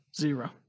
Zero